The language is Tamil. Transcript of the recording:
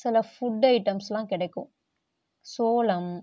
சில ஃபுட் ஐட்டம்ஸ்லாம் கிடைக்கும் சோளம்